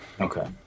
Okay